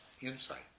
insight